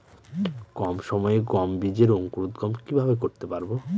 কম সময়ে গম বীজের অঙ্কুরোদগম কিভাবে করতে পারব?